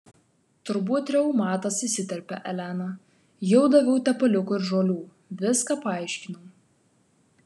turbūt reumatas įsiterpė elena jau daviau tepaliuko ir žolių viską paaiškinau